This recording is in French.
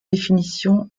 définitions